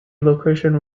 location